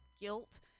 guilt